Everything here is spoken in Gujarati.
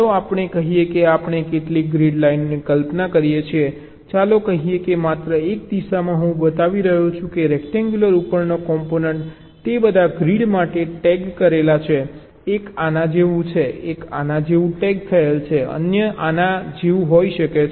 ચાલો આપણે કહીએ કે આપણે કેટલીક ગ્રીડ લાઇનોની કલ્પના કરીએ છીએ ચાલો કહીએ કે માત્ર એક દિશામાં હું બતાવી રહ્યો છું અને રેક્ટેન્ગ્યુલર ઉપરના કોમ્પોનન્ટો તે બધા ગ્રીડ સાથે ટેગ કરેલા છે એક આના જેવું છે એક આના જેવું ટૅગ થયેલ છે અન્ય આના જેવું હોઈ શકે છે